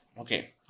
Okay